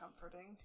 comforting